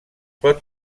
pot